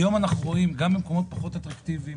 היום אנחנו רואים גם במקומות פחות אטרקטיביים